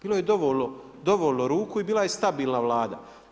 Bilo je dovoljno ruku i bila je stabilna Vlada.